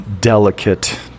delicate